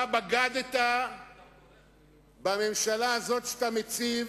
אתה בגדת בממשלה הזאת שאתה מציג